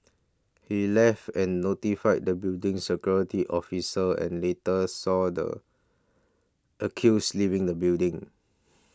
he left and notified the building's security officer and later saw the accused leaving the building